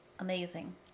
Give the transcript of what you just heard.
Amazing